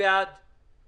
אתם